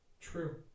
True